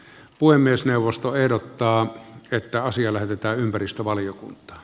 puhemiesneuvosto ehdottaa että asia lähetetään ympäristövaliokuntaan